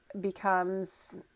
becomes